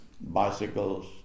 bicycles